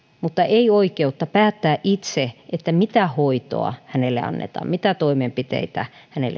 mutta ei oikeutta päättää itse mitä hoitoa hänelle annetaan mitä toimenpiteitä